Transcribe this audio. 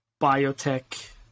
biotech